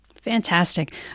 Fantastic